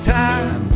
time